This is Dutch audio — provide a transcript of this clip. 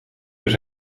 dus